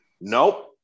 Nope